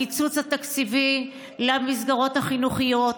הקיצוץ התקציבי למסגרות החינוכיות,